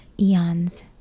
eons